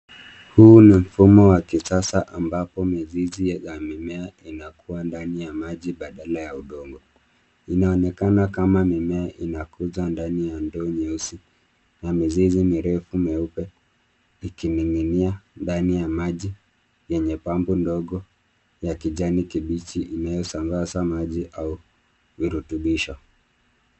Huu ni mfumo wa kisasa ambapo mizizi ya mimea inakuwa ndani ya maji badala ya udongo. Inaonekana kama mimea inakuja ndani ya ndoo nyeusi. Na mizizi mirefu meupe, ikining'inia ndani ya maji yenye pambo ndogo, ya kijani kibichi, inayosambaza maji au virutubisho.